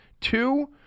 two